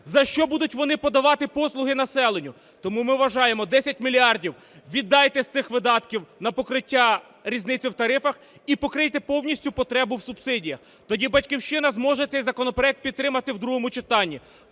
що вони будуть подавати послуги населенню? Тому ми вважаємо, 10 мільярдів віддайте з цих видатків на покриття різниці в тарифах і покрийте повністю потребу в субсидіях, тоді "Батьківщина" зможе цей законопроект підтримати в другому читанні.